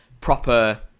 proper